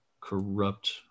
corrupt